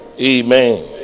amen